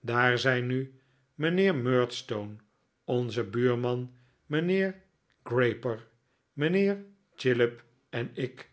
daar zijn nu mijnheer murdstone onze buurman mijnheer grayper mijnheer chillip en ik